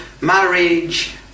marriage